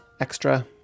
Extra